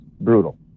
brutal